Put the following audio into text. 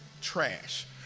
trash